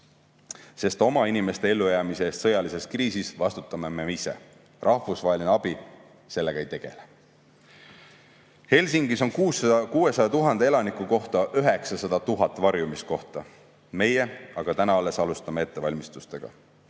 Sest oma inimeste ellujäämise eest sõjalises kriisis vastutame me ise. Rahvusvaheline abi sellega ei tegele. Helsingis on 600 000 elaniku kohta 900 000 varjumiskohta, meie aga täna alles alustame ettevalmistustega.